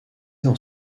dans